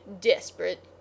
desperate